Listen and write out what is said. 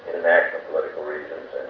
international political reasons,